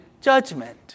judgment